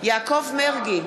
יעקב מרגי,